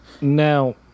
Now